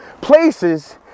places